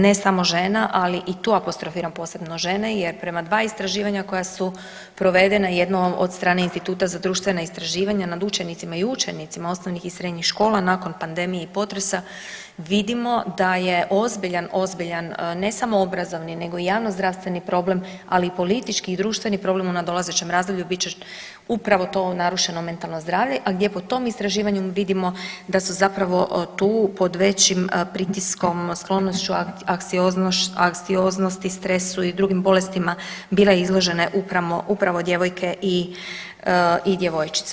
Ne samo žena, ali i tu apostrofiram posebno žene jer prema dva istraživanja koja su provedena, jedno od strane Instituta za društvena istraživanja nad učenicama i učenicima osnovnih i srednjih škola nakon pandemije i potresa vidimo da je ozbiljan, ozbiljan ne samo obrazovani nego i javnozdravstveni problem, ali i politički i društveni problem u nadolazećem razdoblju bit će upravo to narušeno mentalno zdravlje, a gdje po tom istraživanju vidimo da su zapravo tu pod većim pritiskom sklonošću anksioznosti, stresu i drugim bolestima bile izložene upravo djevojke i djevojčice.